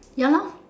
ya lah